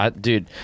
dude